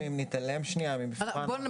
אם נתעלם שנייה ממבחן ההכנסה --- בואו